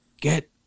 Get